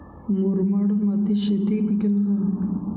मुरमाड मातीत शेती पिकेल का?